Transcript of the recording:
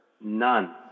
None